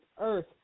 Earth